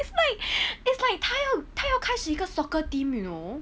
it's like it's like 她要她要开始一个 soccer team you know